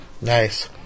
Nice